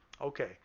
Okay